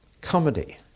comedy